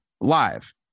live